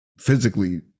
physically